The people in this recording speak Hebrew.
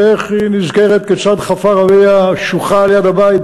והיא נזכרה כיצד חפר אביה שוחה ליד הבית,